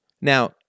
Now